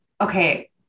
Okay